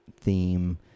theme